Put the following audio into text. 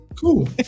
cool